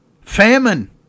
Famine